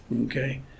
Okay